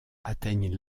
atteignent